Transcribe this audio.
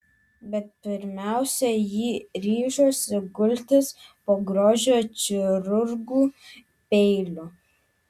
bet pirmiausia ji ryžosi gultis po grožio chirurgų peiliu